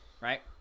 Right